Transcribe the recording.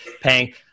paying